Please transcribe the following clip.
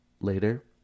later